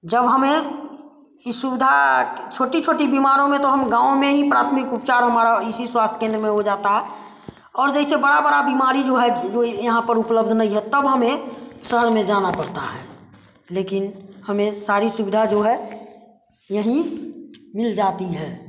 जब हमें ई सुविधा छोटी छोटी बीमारों में तो हम गाँव में ही प्राथमिक उपचार हमारा इसी स्वास्थ्य केंद्र में हो जाता है और जैसे बड़ा बड़ा बीमारी जो है जो यहाँ पर उपलब्ध नहीं है तब हमें शहर में जाना पड़ता है लेकिन हमें सारी सुविधा जो है यहीं मिल जाती है